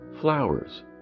flowers